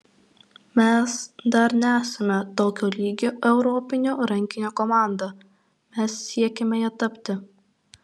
mes dar nesame tokio lygio europinio rankinio komanda mes siekiame ja tapti